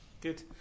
Good